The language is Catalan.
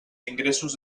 ingressos